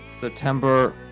september